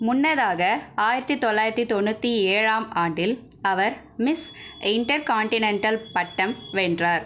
முன்னதாக ஆயிரத்தி தொள்ளாயிரத்தி தொண்ணூற்றி ஏழாம் ஆண்டில் அவர் மிஸ் இன்டர்கான்டினென்டல் பட்டம் வென்றார்